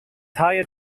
hired